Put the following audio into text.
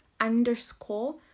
underscore